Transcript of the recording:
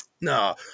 No